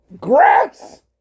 grass